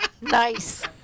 Nice